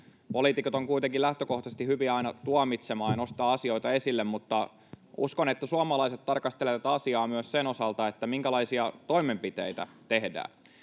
Poliitikot ovat kuitenkin lähtökohtaisesti hyviä aina tuomitsemaan ja nostamaan asioita esille, mutta uskon, että suomalaiset tarkastelevat tätä asiaa myös sen osalta, minkälaisia toimenpiteitä tehdään.